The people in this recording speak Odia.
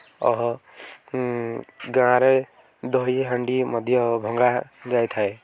ଗାଁରେ ଦହି ହାଣ୍ଡି ମଧ୍ୟ ଭଙ୍ଗାଯାଇଥାଏ